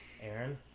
Aaron